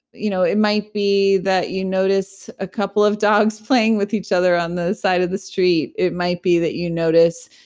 you know it might be that you notice a couple of dogs playing with each other on the side of the street. it might be that you notice,